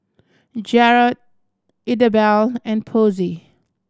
Jarrod Idabelle and Posey